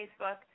Facebook